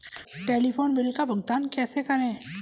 Telephone bill का भुगतान कैसे करें?